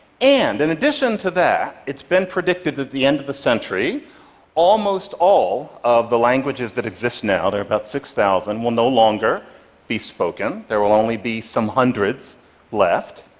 and in addition to that, it's been predicted that at the end of the century almost all of the languages that exist now there are about six thousand will no longer be spoken. there will only be some hundreds left.